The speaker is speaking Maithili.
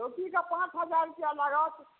चौकीके पाँच हजार रुपैआ लागत